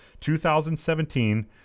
2017